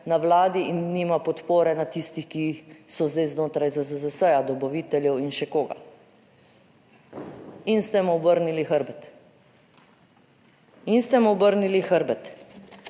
na Vladi in nima podpore na tistih, ki so zdaj znotraj ZZZS, dobaviteljev in še koga. In ste mu obrnili hrbet. In ste mu obrnili hrbet.